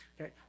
okay